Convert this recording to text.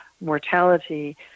mortality